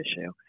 issue